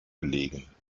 gelegen